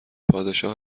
پادشاه